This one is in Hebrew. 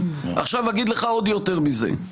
יותר מזה,